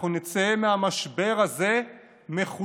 אנחנו נצא מהמשבר הזה מחוזקים,